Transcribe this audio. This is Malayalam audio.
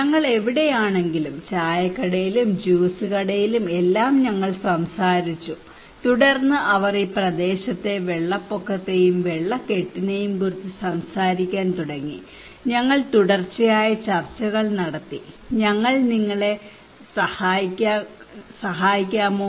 ഞങ്ങൾ എവിടെയാണെങ്കിലും ചായക്കടയിലും ജ്യൂസ് കടയിലും എല്ലാം ഞങ്ങൾ സംസാരിച്ചു തുടർന്ന് അവർ ഈ പ്രദേശത്തെ വെള്ളപ്പൊക്കത്തെയും വെള്ളക്കെട്ടിനെയും കുറിച്ച് സംസാരിക്കാൻ തുടങ്ങി ഞങ്ങൾ തുടർച്ചയായ ചർച്ചകൾ നടത്തി ഞങ്ങൾ നിങ്ങളെ സഹായിക്കാമോ